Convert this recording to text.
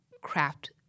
craft